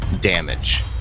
damage